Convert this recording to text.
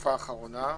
בתקופה האחרונה.